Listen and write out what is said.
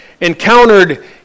encountered